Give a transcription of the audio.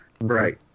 Right